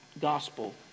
gospel